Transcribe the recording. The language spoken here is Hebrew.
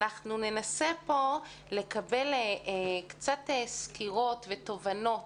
אנחנו ננסה לקבל פה קצת סקירות ותובנות